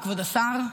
כבוד השר,